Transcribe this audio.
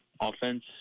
offense